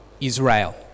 Israel